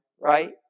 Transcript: right